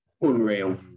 Unreal